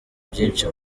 byinshi